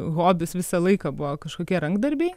hobis visą laiką buvo kažkokie rankdarbiai